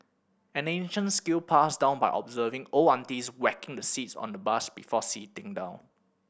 an ancient skill passed down by observing old aunties whacking the seats on the bus before sitting down